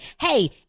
hey